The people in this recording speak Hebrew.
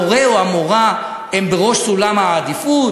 המורֶה או המורָה הם בראש סולם העדיפויות,